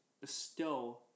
bestow